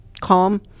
calm